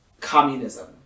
communism